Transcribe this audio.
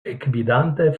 ekvidante